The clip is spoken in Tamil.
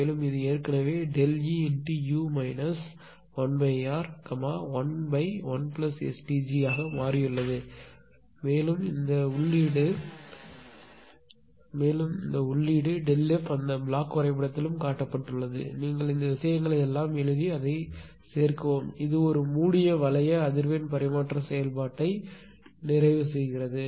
மேலும் இது ஏற்கனவே ΔE x u மைனஸ்1R 11STg ஆக மாற்றியுள்ளது மேலும் இந்த உள்ளீடு Δf அந்த ப்ளாக் வரைபடத்திலும் காட்டப்பட்டுள்ளது நீங்கள் இந்த விஷயங்களை எல்லாம் எழுதி அதைச் சேர்க்கவும் இது ஒரு மூடிய வளைய அதிர்வெண் பரிமாற்ற செயல்பாட்டை நிறைவு செய்கிறது